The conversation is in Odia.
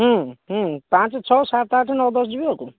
ହୁଁ ହୁଁ ପାଞ୍ଚ ଛଅ ସାତ ଆଠ ନଅ ଦଶ ଯିବେ ଆଉ କ'ଣ